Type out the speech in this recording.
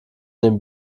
den